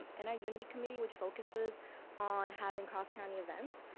and our unity committee which focuses on having cross county events,